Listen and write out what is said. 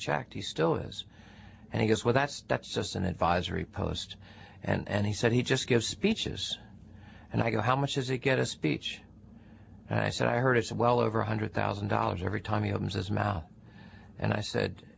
checked he still is and he is well that's that's just an advisory post and he said he just gives speeches and i go how much does he get a speech and i said i heard it's well over one hundred thousand dollars every time he opens his mouth and i said